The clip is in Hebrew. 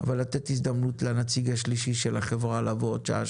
לתת הזדמנות לנציג השלישי של החברה לבוא לפה עוד שעה,